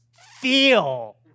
feel